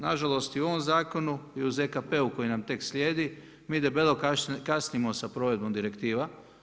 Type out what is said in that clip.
Na žalost i u ovom zakonu i u ZKP-u koji nam tek slijedi mi debelo kasnimo sa provedbom direktiva.